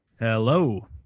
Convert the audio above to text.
Hello